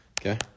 Okay